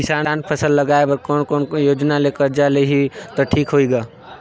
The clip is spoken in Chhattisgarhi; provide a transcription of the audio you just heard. किसान फसल लगाय बर कोने कोने योजना ले कर्जा लिही त ठीक होही ग?